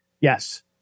Yes